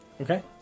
Okay